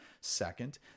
Second